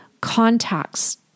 contacts